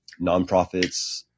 nonprofits